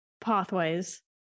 pathways